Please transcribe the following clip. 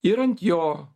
ir ant jo